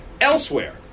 Elsewhere